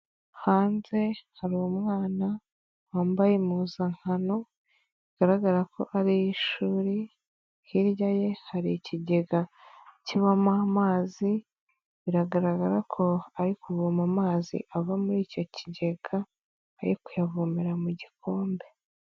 Hanze hari umwana, wambaye impuzankano bigaragara ko ari iy'ishuri, hirya ye hari ikigega kibamo amazi, biragaragara ko ari kuvoma amazi, ava muri icyo kigega, ari kuyavomera mu gikombe.